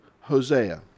Hosea